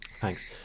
thanks